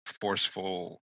forceful